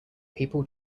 people